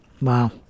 Wow